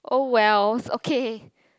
oh wells okay